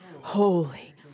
holy